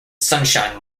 sunshine